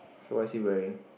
so what is he wearing